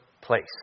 place